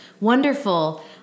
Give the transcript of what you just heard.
Wonderful